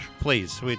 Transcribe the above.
Please